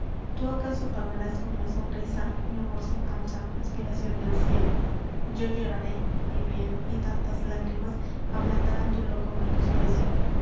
tú acaso pagarás con la sonrisa mi amor sin mancha aspiracion del cielo yo lloraré mi bien y tántas lágrimas ablandarán tu loco